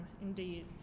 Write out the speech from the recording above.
indeed